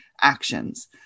actions